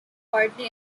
partly